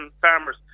farmers